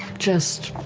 just.